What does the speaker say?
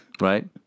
right